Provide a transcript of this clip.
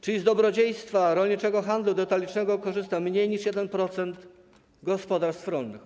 Czyli z dobrodziejstwa rolniczego handlu detalicznego korzysta mniej niż 1% gospodarstw rolnych.